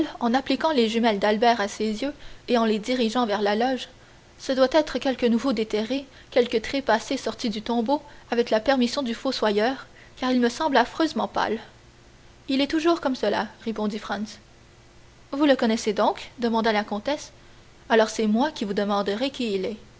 en appliquant les jumelles d'albert à ses yeux et en les dirigeant vers la loge ce doit être quelque nouveau déterré quelque trépassé sorti du tombeau avec la permission du fossoyeur car il me semble affreusement pâle il est toujours comme cela répondit franz vous le connaissez donc demanda la comtesse alors c'est moi qui vous demanderai qui il est